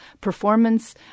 performance